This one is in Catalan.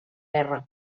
guerra